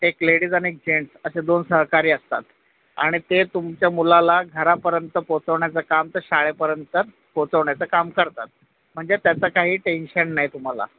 एक लेडीज आणि एक जेंट्स असे दोन सहकारी असतात आणि ते तुमच्या मुलाला घरापर्यंत पोचवण्याचं काम तर शाळेपर्यंत पोचवण्याचं काम करतात म्हणजे त्याचं काही टेन्शन नाही तुम्हाला